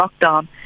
lockdown